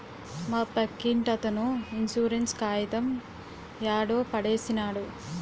మా పక్కింటతను ఇన్సూరెన్స్ కాయితం యాడో పడేసినాడు